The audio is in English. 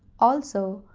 also,